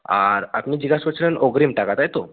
আর আপনি জিগ্যেস করছিলেন অগ্রিম টাকা তাই তো